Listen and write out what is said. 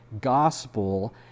gospel